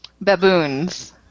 baboons